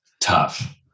Tough